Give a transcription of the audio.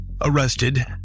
arrested